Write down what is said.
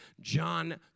John